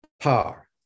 power